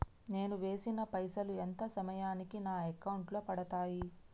నేను వేసిన పైసలు ఎంత సమయానికి నా అకౌంట్ లో పడతాయి?